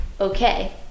okay